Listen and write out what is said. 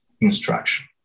instruction